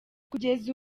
kugeza